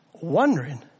Wondering